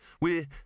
We're